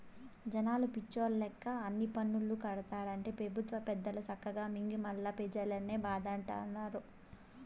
జనాలు పిచ్చోల్ల లెక్క అన్ని పన్నులూ కడతాంటే పెబుత్వ పెద్దలు సక్కగా మింగి మల్లా పెజల్నే బాధతండారు